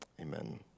Amen